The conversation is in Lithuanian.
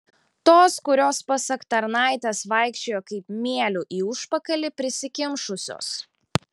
tos kurios pasak tarnaitės vaikščiojo kaip mielių į užpakalį prisikimšusios